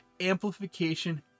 amplification